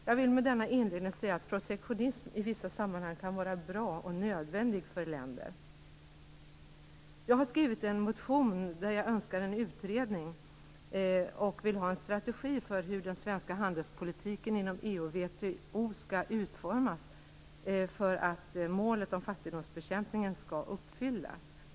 Jag vill med denna inledning säga att protektionism i vissa sammanhang kan vara bra och nödvändig för länder. Jag har skrivit en motion där jag önskar en utredning om, och vill ha en strategi för, hur den svenska handelspolitiken inom EU och WTO skall utformas för att målet om fattigdomsbekämpningen skall uppfyllas.